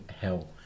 hell